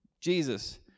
Jesus